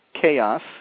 chaos